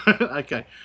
okay